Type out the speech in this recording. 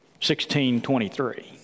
1623